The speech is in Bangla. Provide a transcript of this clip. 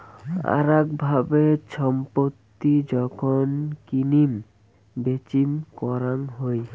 আরাক ভাবে ছম্পত্তি যখন কিনিম বেচিম করাং হই